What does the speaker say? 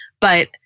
but-